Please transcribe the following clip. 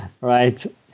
Right